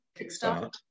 Kickstart